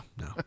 no